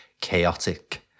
chaotic